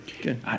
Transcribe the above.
Good